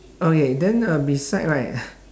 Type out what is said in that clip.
okay then uh beside right